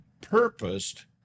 purposed